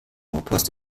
rohrpost